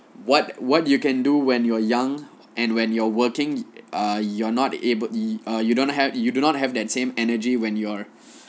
what what you can do when you're young and when you're working uh you're not able err you don't have you do not have that same energy when you're